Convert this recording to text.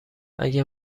اگر